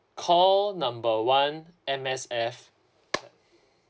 call number one M_S_F